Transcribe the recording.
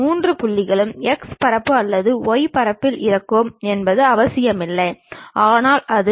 செங்குத்தாக உள்ள ஒரு தாள் போன்ற தளத்தில் A என்ற பக்கத்தை ஏறிவதாக கொள்க